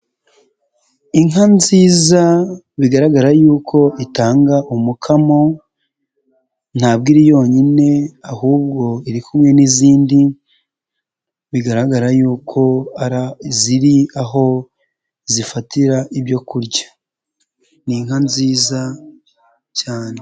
Inka nziza bigaragara yuko itanga umukamo, ntabwo iri yonyine ahubwo iri kumwe n'izindi, bigaragara yuko ziri aho zifatira ibyo kurya, ni inka nziza cyane.